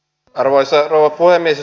arvoisa rouva puhemies